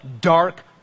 dark